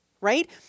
right